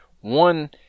One